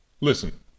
Listen